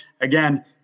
Again